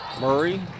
Murray